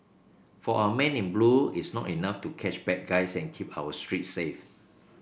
for our men in blue it's not enough to catch bad guys and keep our streets safe